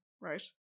right